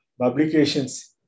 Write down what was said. publications